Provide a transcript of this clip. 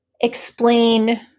explain